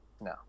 No